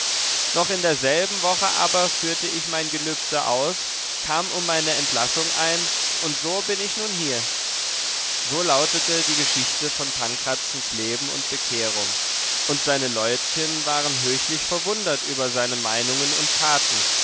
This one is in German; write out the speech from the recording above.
noch in selber woche aber führte ich mein gelübde aus kam um meine entlassung ein und so bin ich nun hier so lautete die geschichte von pankrazens leben und bekehrung und seine leutchen waren höchlich verwundert über seine meinungen und taten